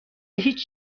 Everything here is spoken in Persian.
هیچ